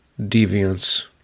deviance